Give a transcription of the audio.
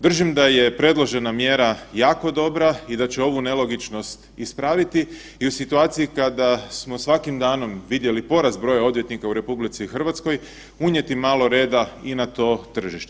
Držim da je predložena mjera jako dobra i da će ovu nelogičnost ispraviti i u situaciji kada smo svakim danom vidjeli porast broja odvjetnika u RH unijeti malo reda i na to tržište.